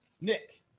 Nick